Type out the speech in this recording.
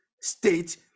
state